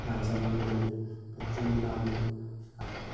नाजावनानै दोनो बेयावबो जोंबो ना बोनो आरो